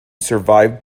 survived